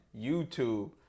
YouTube